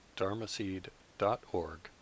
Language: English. dharmaseed.org